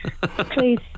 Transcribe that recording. please